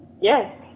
Yes